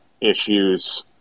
issues